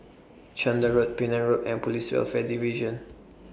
Chander Road Penang Road and Police Welfare Division